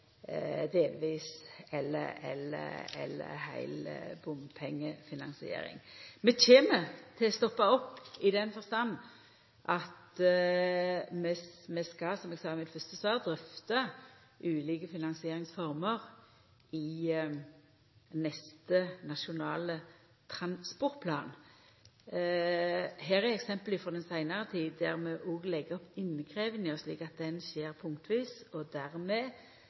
delvis eller heil bompengefinansiering. Vi kjem til å stoppa opp, i den forstand at vi, som eg sa i mitt fyrste svar, skal drøfta ulike finansieringsformer i neste Nasjonal transportplan. Her er eksempel frå den seinare tida der vi òg legg opp innkrevjinga slik at ho skjer punktvis, og dermed